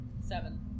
Seven